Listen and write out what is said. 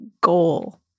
goal